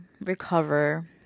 recover